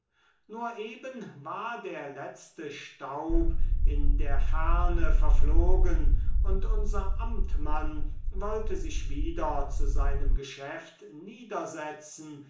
nur eben war der letzte staub in der ferne verflogen und unser amtmann wollte sich wieder zu seinem geschäft